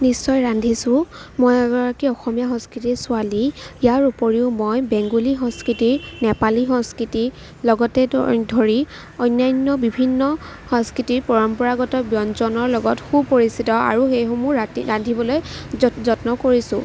নিশ্চয় ৰান্ধিছোঁ মই এগৰাকী অসমীয়া সংস্কৃতিৰ ছোৱালী ইয়াৰ উপৰিও মই বেঙ্গুলী সংস্কৃতি নেপালী সংস্কৃতি লগতে ধৰি অন্যান্য বিভিন্ন সংস্কৃতিৰ পৰম্পৰাগত ব্যঞ্জনৰ লগত সুপৰিচিত আৰু সেইসমূহ ৰান্ধিবলৈ যত যত্ন কৰিছোঁ